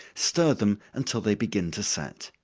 stir them until they begin to set.